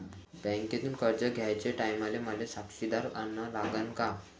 बँकेतून कर्ज घ्याचे टायमाले मले साक्षीदार अन लागन का?